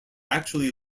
actually